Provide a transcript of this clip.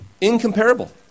Incomparable